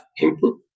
input